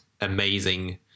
amazing